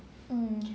mm